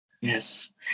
Yes